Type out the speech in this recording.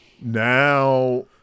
Now